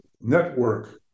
network